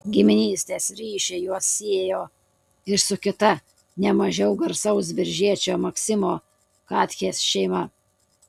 giminystės ryšiai juos siejo ir su kita ne mažiau garsaus biržiečio maksimo katchės šeima